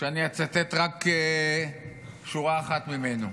אני אצטט רק שורה אחת ממנו: